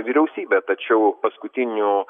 vyriausybė tačiau paskutiniu